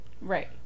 Right